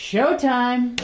Showtime